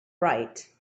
right